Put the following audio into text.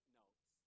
notes